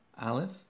Aleph